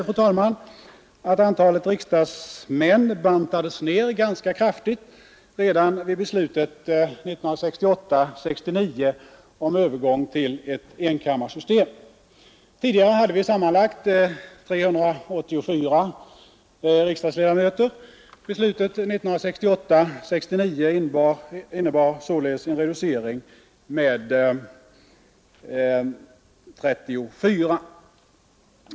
Antalet riksdagsmän bantades ju ned ganska kraftigt redan vid besluten 1968—1969 om övergång till enkammarsystemet. Tidigare hade riksdagen sammanlagt 384 ledamöter. Besluten 1968-1969 innebar således en reducering med 34.